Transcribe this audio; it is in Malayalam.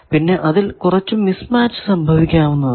പിന്നെ അതിൽ കുറച്ചു മിസ് മാച്ച് സംഭവിക്കാവുന്നതാണ്